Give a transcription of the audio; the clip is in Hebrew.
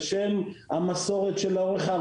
בשם המסורת הארוכה.